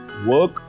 Work